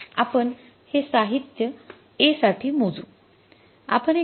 आपण हे साहित्य A साठी मोजू आपण हे कसे कराल